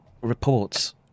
reports